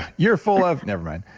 you're full of, never mind.